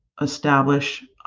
establish